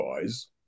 guys